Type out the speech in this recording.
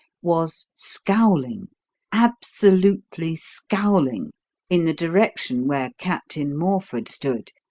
was scowling absolutely scowling in the direction where captain morford stood,